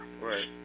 Right